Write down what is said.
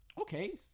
Okay